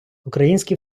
українські